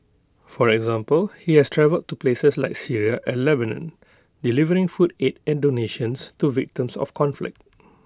for example he has travelled to places like Syria and Lebanon delivering food aid and donations to victims of conflict